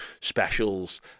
Specials